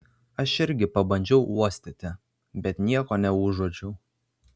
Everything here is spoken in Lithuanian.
aš irgi pabandžiau uostyti bet nieko neužuodžiau